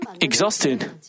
exhausted